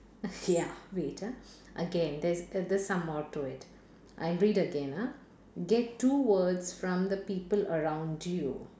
ya wait ah again there's the~ there's some more to it I read again ah get two words from the people around you